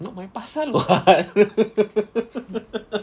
not my pasal [what]